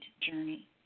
journey